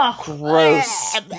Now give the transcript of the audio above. Gross